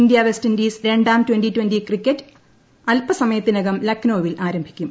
India West Indies രണ്ടാം twenty twenty cricket മത്സരം അല്പസമയത്തിനകം ലക്നൌവിൽ ആരംഭിക്കും